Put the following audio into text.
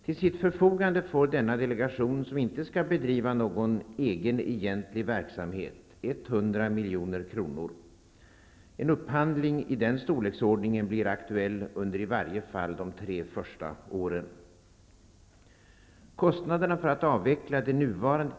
Till sitt förfogande får denna delegation, som inte skall bedriva någon egen egentlig verksamhet, 100 milj.kr. En upphandling i den storleksordningen blir aktuell under i varje fall de första tre åren.